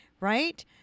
right